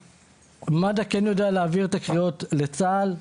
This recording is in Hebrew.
מד"א כן יודע להעביר את הקריאות לצה"ל,